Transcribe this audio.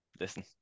listen